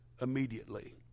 immediately